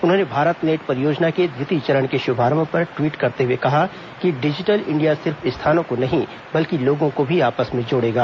उन्होंने भारत नेट परियोजना के द्वितीय चरण के शुभारंभ पर ट्वीट करते कहा कि डिजिटल इंडिया सिर्फ स्थानों को नहीं बल्कि लोगों को भी आपस में जोड़ेगा